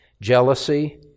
jealousy